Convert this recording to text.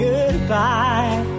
Goodbye